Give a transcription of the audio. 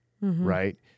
right